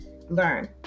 learn